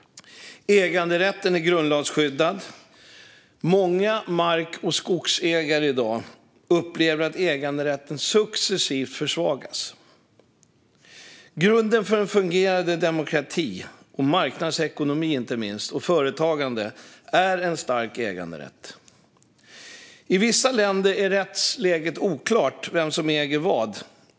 Äganderätten är grundlagsskyddad. Många mark och skogsägare upplever i dag att äganderätten successivt försvagas. Grunden för en fungerande demokrati och inte minst marknadsekonomi och företagande är en stark äganderätt. I vissa länder är rättsläget oklart när det gäller vem som äger vad.